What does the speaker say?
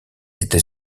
états